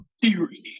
Theory